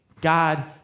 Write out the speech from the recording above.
God